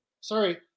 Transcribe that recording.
Sorry